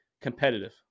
competitive